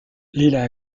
lila